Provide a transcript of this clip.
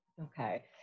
Okay